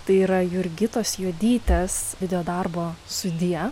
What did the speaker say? tai yra jurgitos juodytės videodarbo sudie